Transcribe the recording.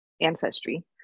ancestry